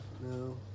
no